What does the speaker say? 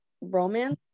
romance